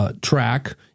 track